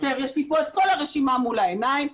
יש לי כאן את כל הרשימה מול העיניים.